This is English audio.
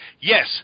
Yes